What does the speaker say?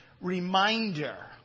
reminder